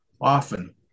often